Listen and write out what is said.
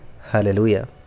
Hallelujah